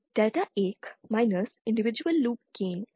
delta 1 minus individual loop gain का sum है